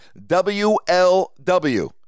WLW